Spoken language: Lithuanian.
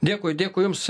dėkui dėkui jums